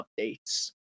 updates